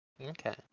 Okay